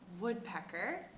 woodpecker